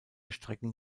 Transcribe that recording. strecken